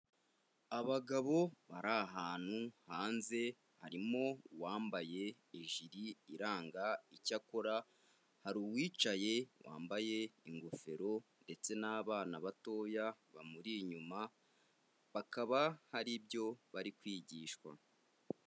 Abagabo bari ahantu hanze harimo uwambaye ijiri iranga icyakora hari uwicaye wambaye ingofero ndetse n'abana batoya bamuri inyuma bakaba hari ibyo bari kwigishwa.